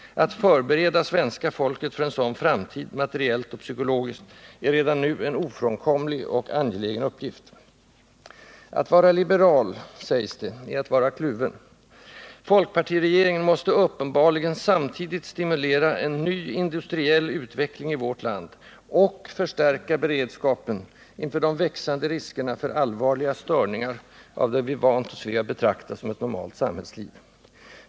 Att förbereda svenska folket för en sådan framtid, materiellt och psykologiskt, är redan nu en ofrånkomlig och angelägen uppgift. Alt vara liberal är att vara kluven, sägs det. Folkpartiregeringen måste uppenbarligen samtidigt stimulera en ny industriell utveckling i vårt land och förstärka beredskapen inför de växande riskerna för allvarliga störningar av det vi vant oss vid att betrakta som normalt samhällsliv.